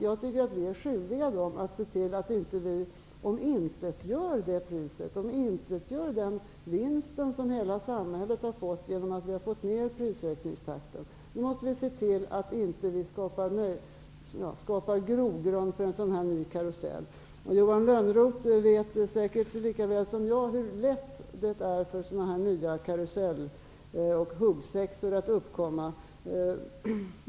Jag tycker att vi när det gäller dessa människor är skyldiga att se till att vi inte omintetgör vad de till ett högt pris gjort, att vi inte omintetgör den vinst som hela samhället fått genom att vi har fått ner prisökningstakten. Nu måste vi se till att vi inte skapar grogrund för en ny sådan här karusell. Johan Lönnroth vet säkert lika väl som jag hur lätt sådana här karuseller och huggsexor uppkommer.